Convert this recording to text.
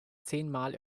zehnmal